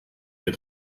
ihr